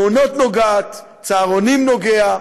מעונות, נוגע, צהרונים, נוגע,